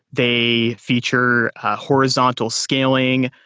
they feature horizontal scaling.